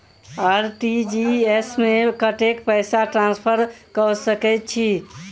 RTGS मे कतेक पैसा ट्रान्सफर कऽ सकैत छी?